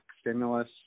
stimulus